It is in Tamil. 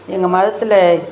எங்கள் மதத்தில்